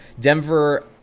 Denver